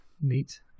neat